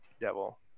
devil